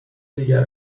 دیگر